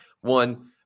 one